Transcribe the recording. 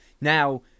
Now